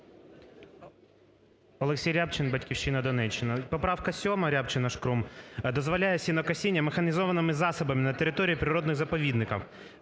Олексій Рябчин "Батьківщина", Донеччина. Поправка 7 Рябчина, Шкрум дозволяє сінокосіння механізованими засобами на території природних заповідників.